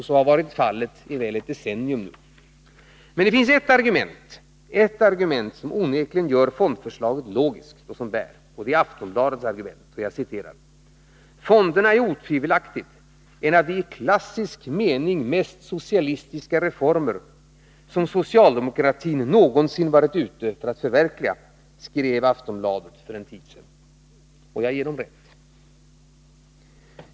Så har varit fallet i väl ett decennium. Men det finns ett argument som gör fondförslaget logiskt. Det är Aftonbladets: ”Fonderna är otvivelaktigt en av de i klassisk mening mest socialistiska reformer som socialdemokratin någonsin varit ute för att förverkliga”, skrev Aftonbladet för en tid sedan. Jag ger tidningen rätt.